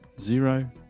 Zero